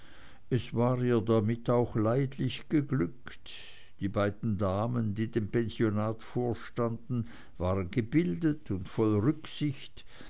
es war ihr damit auch leidlich geglückt die beiden damen die dem pensionat vorstanden waren gebildet und voll rücksicht